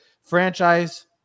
franchise